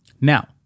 Now